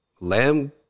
lamb